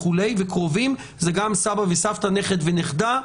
קרובים זה גם סבא וסבתא, נכד ונכדה.